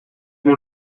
mon